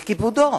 וכיבודו.